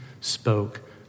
spoke